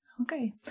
Okay